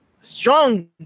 strong